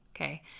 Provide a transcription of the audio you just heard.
Okay